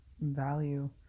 value